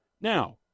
Now